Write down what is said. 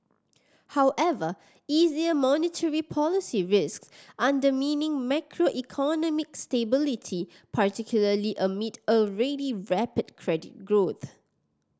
however easier monetary policy risks undermining macroeconomic stability particularly amid already rapid credit growth